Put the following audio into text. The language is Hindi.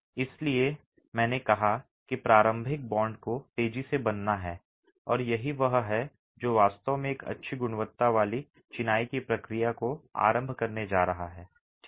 इसलिए इसीलिए मैंने कहा कि प्रारंभिक बांड को तेजी से बनना है और यही वह है जो वास्तव में एक अच्छी गुणवत्ता वाली चिनाई की प्रक्रिया को आरंभ करने जा रहा है ठीक है